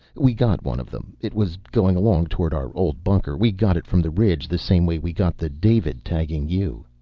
we got one of them. it was going along toward our old bunker. we got it from the ridge, the same way we got the david tagging you.